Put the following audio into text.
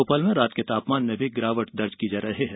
भोपाल में रात के तापमान में गिरावट भी दर्ज की जा रही है